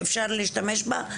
שאפשר להשתמש בה,